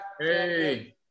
Hey